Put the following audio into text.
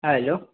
hello